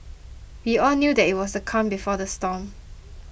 we all knew that it was the calm before the storm